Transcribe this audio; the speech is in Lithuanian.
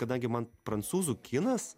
kadangi man prancūzų kinas